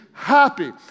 happy